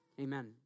Amen